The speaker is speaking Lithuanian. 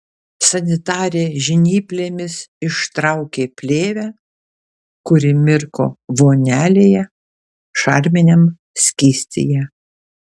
sanitarė žnyplėmis ištraukė plėvę kuri mirko vonelėje šarminiam skystyje